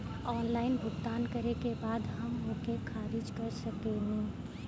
Online भुगतान करे के बाद हम ओके खारिज कर सकेनि?